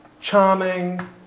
charming